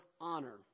honor